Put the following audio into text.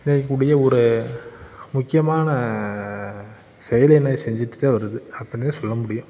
இணைக்கக்கூடிய ஒரு முக்கியமான செயலினை செஞ்சுட்டு தான் வருது அப்படின்னு தான் சொல்ல முடியும்